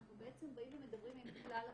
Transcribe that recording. אנחנו בעצם באים ומדברים עם כלל התלמידים,